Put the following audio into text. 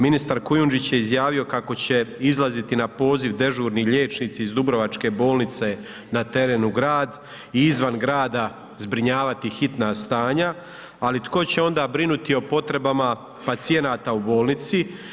Ministarstva Kujundžić je izjavio kako će izlaziti na poziv dežurni liječnici iz Dubrovačke bolnice na teren u grad i izvan grada zbrinjavati hitna stanja ali tko će onda brinuti o potrebama pacijenata u bolnici.